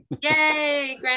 Yay